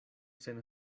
sen